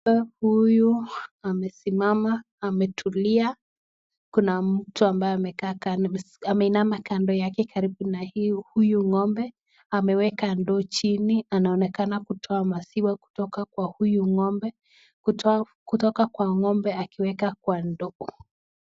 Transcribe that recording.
Ng'ombe huyu amesimama ametulia, kuna mtu ambaye ameinama kando yake karibu na huyu ng'aombe ameweka ndoo chini. Anaonekana kutoa maziwa kwa huyu ng'ombe akiweka kwa ndoo.